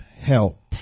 help